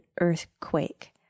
earthquake